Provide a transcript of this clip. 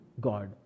God